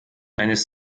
eines